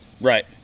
Right